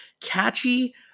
catchy